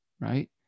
right